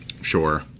sure